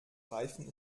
reifen